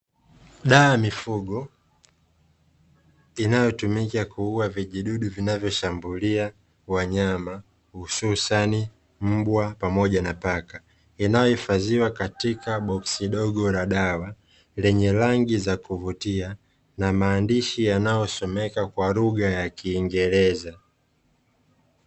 Dawa ya mifugo inayotumika kuua vijidudu vinavyoshambulia wanyama hususani mbwa pamoja na paka, yanayohifadhiwa katika boksi dogo la dawa lenye rangi za kuvutia na maandishi yanayosomeka kwa lugha ya kiingereza.